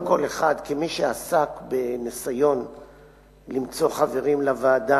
כמי שעסק בניסיון למצוא חברים לוועדה,